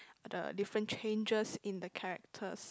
the different changes in the characters